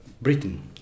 Britain